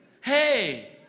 Hey